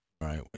Right